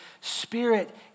spirit